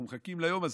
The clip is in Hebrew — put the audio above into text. אנחנו מחכים ליום הזה.